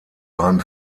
beim